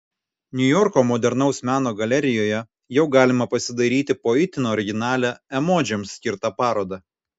niujorko modernaus meno galerijoje jau galima pasidairyti po itin originalią emodžiams skirtą parodą